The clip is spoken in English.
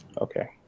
Okay